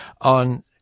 on